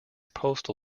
postal